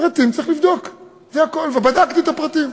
פרטים צריך לבדוק, וזה הכול, ובדקתי את הפרטים.